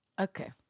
okay